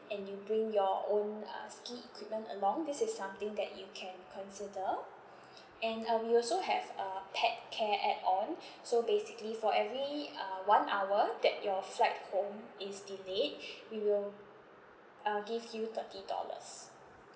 and you bring your own uh ski equipment along this is something that you can consider and uh we also have a pet care add on so basically for every uh one hour that your flight home is delayed we will uh give you thirty dollars